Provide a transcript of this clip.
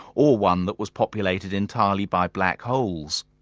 or one that was populated entirely by black holes.